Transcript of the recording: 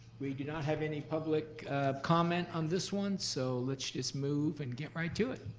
we do not have any public comment on this one, so let's just move and get right to it.